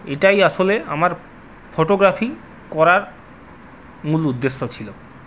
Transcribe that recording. এটাই আসলে আমার ফটোগ্রাফি করার মূল উদ্দেশ্য ছিল